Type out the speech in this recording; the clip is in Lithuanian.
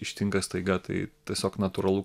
ištinka staiga tai tiesiog natūralu